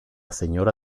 señora